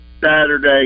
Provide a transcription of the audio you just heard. saturday